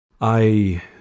I